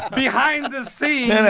behind the scene? and